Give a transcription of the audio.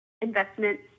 investment